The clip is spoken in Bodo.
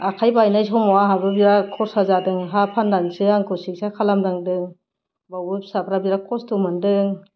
आखाइ बायनाय समाव आंहाबो बिराद खरसा जादों हा फाननानैसो आंखौ सिकित्सा खालामनांदों बेयावबो फिसाफ्रा बिराद कस्त' मोनदों